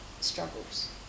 struggles